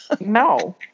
No